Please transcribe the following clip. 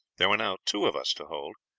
there were now two of us to hold.